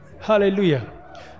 Hallelujah